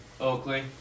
Oakley